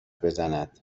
بزند